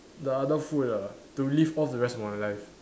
the other food ah to live off the rest of my life